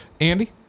Andy